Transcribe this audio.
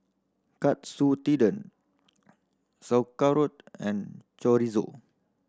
Katsu Tendon Sauerkraut and Chorizo